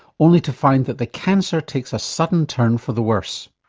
only to find that the cancer takes a sudden turn for the worse.